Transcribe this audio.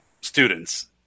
students